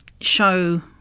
show